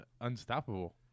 unstoppable